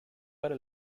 para